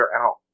out